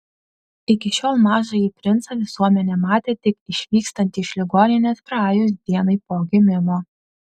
iki šiol mažąjį princą visuomenė matė tik išvykstantį iš ligoninės praėjus dienai po gimimo